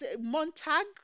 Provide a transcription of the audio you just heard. Montag